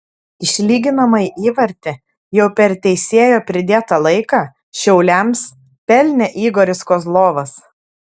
išlyginamąjį įvartį jau per teisėjo pridėtą laiką šiauliams pelnė igoris kozlovas